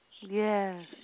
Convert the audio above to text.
Yes